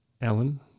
Ellen